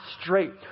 straight